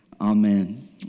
Amen